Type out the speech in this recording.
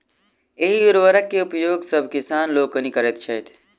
एहि उर्वरक के उपयोग सभ किसान लोकनि करैत छथि